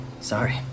sorry